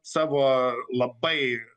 savo labai